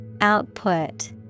Output